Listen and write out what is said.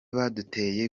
byaduteye